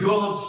God